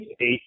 eight